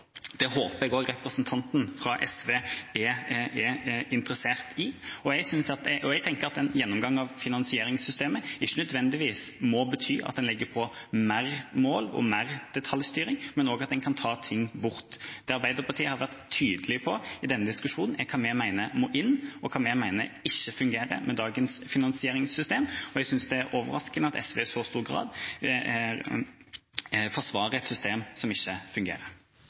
Det håper jeg også representanten fra SV er interessert i. Jeg tenker at en gjennomgang av finansieringssystemet ikke nødvendigvis må bety at en legger på flere mål og mer detaljstyring, men også at en kan ta ting bort. Det Arbeiderpartiet har vært tydelig på i denne diskusjonen, er hva vi mener må inn, og hva vi mener ikke fungerer med dagens finansieringssystem. Jeg synes det er overraskende at SV i så stor grad forsvarer et system som ikke fungerer.